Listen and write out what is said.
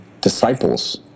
disciples